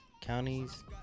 counties